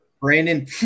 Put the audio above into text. Brandon